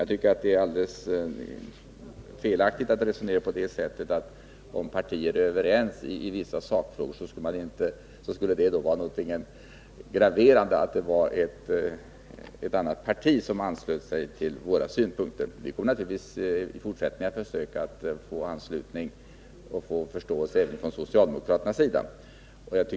Jag tycker att det är alldeles felaktigt att resonera på det sättet, att det skulle vara någonting graverande att ett annat parti ansluter sig till våra synpunkter när vi är överens i sakfrågor. Vi kommer naturligtvis i fortsättningen att försöka få anslutning och förståelse även från socialdemokraternas sida.